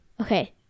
Okay